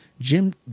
Jim